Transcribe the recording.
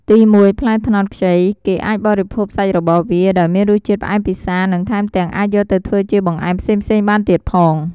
ទីមួយ ផ្លែត្នោតខ្ចីគេអាចបរិភោគសាច់របស់វា ដោយមានរសជាតិផ្អែមពិសា និងថែមទាំងអាចយកទៅធ្វើជាបង្អែមផ្សេងៗបានទៀតផង។